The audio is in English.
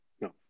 No